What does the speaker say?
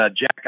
Jack